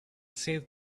save